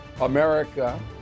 America